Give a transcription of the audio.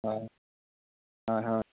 ᱦᱳᱭ ᱦᱳᱭ ᱦᱳᱭ